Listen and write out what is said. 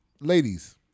Ladies